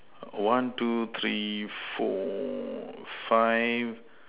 one two three four five